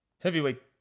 heavyweight